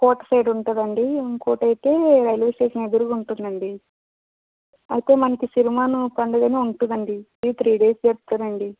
port side ఉంటుందండి ఇంకోటి అయితే రైల్వే స్టేషన్ ఎదురుగా ఉంటుందండి అయితే మనకు సిరిమాను పండుగ అనేది ఉంటుందండి అది త్రీ డేస్ జరుపుతారండి